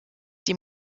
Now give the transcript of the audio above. die